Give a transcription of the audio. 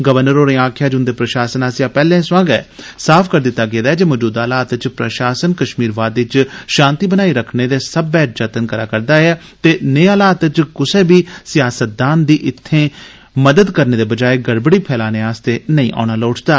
governor होरें आक्खेआ जे उन्दे प्रशासन आस्सेआ पैहले सोआं गै साफ कीता गेदा हा जे मौजूदा हालात इच प्रशासन कश्मीर वादी इच शांति बनाई रक्खने दे सब्बे जत्न करा रदा ऐ ते जनेह् हालात इच कुसै बी सियासदान गी इत्थे मदद करने दे बजाय गड़बड़ी फैलाने आस्तै नेंई औना लोड़चदा